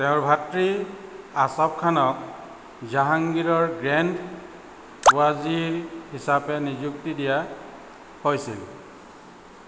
তেওঁৰ ভাতৃ আছফ খানক জাহাংগীৰৰ গ্ৰেণ্ড ৱাজিৰ হিচাপে নিযুক্তি দিয়া হৈছিল